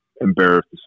embarrassed